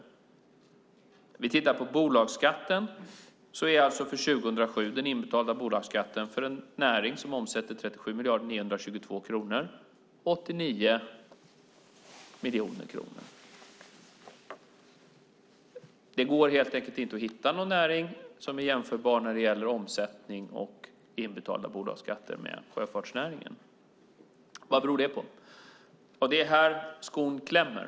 Vi kan titta på bolagsskatten. För 2007 är den inbetalda bolagsskatten 89 miljoner kronor för en näring som omsätter 37 miljarder kronor. När det gäller omsättning och inbetalda bolagskatter går det helt enkelt inte att hitta någon näring jämförbar med sjöfartsnäringen. Vad beror det på? Det är här skon klämmer.